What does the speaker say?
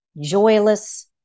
joyless